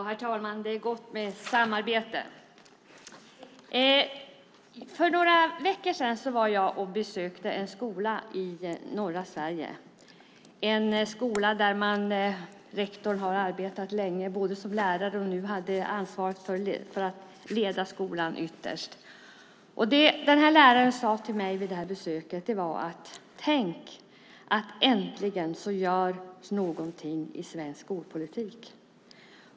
Herr talman! För några veckor sedan besökte jag en skola i norra Sverige. Det är en skola där rektorn har arbetat länge, både som lärare och nu som den med ansvar för att leda skolan. Rektorn sade till mig vid besöket: Tänk att det äntligen görs något i svensk skolpolitik!